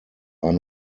are